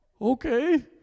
Okay